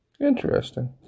Interesting